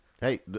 Hey